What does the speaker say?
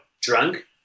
drunk